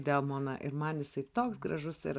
delmoną ir man jisai toks gražus ir